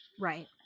Right